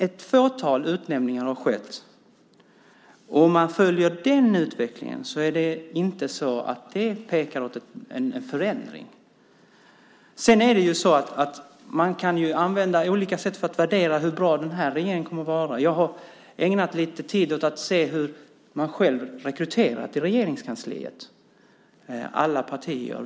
Ett fåtal utnämningar har skett, och om man följer utvecklingen pekar den inte åt en förändring. Man kan använda olika sätt för att värdera hur bra den här regeringen kommer att vara. Jag har ägnat lite tid åt att se hur alla partier har rekryterat till Regeringskansliet.